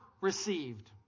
received